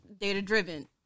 data-driven